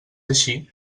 així